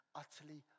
utterly